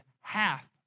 half